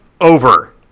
over